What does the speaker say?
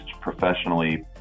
professionally